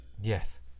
yes